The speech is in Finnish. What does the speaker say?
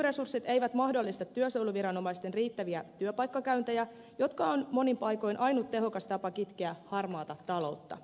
nykyresurssit eivät mahdollista työsuojeluviranomaisten riittäviä työpaikkakäyntejä jotka ovat monin paikoin ainut tehokas tapa kitkeä harmaata taloutta